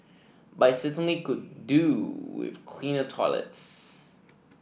but it certainly could do with cleaner toilets